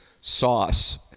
sauce